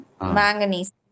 manganese